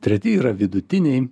treti yra vidutiniai